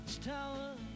Tower